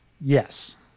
Yes